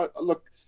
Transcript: look